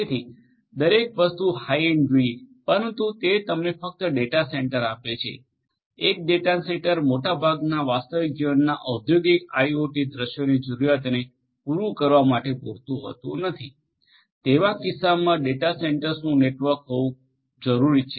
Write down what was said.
તેથી દરેક વસ્તુ હાઇ એન્ડ જોઈએ પરંતુ તે તમને ફક્ત ડેટા સેન્ટર આપે છે એક ડેટા સેન્ટર મોટાભાગના વાસ્તવિક જીવનના ઔદ્યોગિક આઇઓટી દૃશ્યોની જરૂરિયાતોને પૂરું કરવા માટે પૂરતું હોતું નથી તેવા કિસ્સામાં ડેટા સેન્ટર્સનું નેટવર્ક હોવું જરૂરી છે